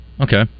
Okay